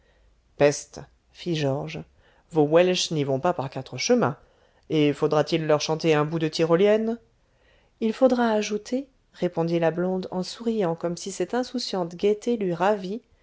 peste fit georges vos welches n'y vont pas par quatre chemins et faudra-t-il leur chanter un bout de tyrolienne il faudra ajouter répondit la blonde en souriant comme si cette insouciante gaieté l'eût ravie